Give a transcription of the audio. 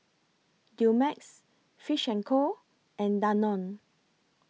Dumex Fish and Co and Danone